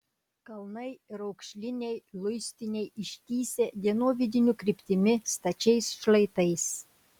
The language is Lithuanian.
kalnai raukšliniai luistiniai ištįsę dienovidinių kryptimi stačiais šlaitais